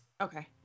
okay